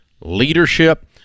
leadership